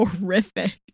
horrific